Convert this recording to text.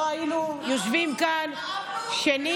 לא היינו יושבים כאן שני,